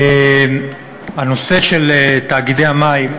הנושא של תאגידי המים,